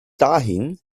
dahin